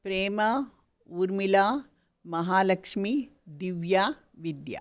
Prema Urmila Mahalakshmi Divya Vidya